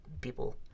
people